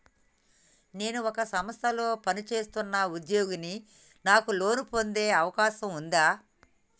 నేను ఒక సంస్థలో పనిచేస్తున్న ఉద్యోగిని నాకు లోను పొందే అవకాశం ఉందా?